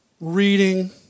reading